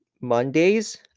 mondays